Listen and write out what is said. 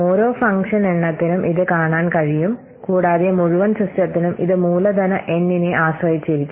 ഓരോ ഫംഗ്ഷൻ എണ്ണത്തിനും ഇത് കാണാൻ കഴിയും കൂടാതെ മുഴുവൻ സിസ്റ്റത്തിനും ഇത് മൂലധന N നെ ആശ്രയിച്ചിരിക്കും